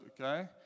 okay